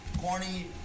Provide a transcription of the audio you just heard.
corny